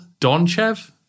Donchev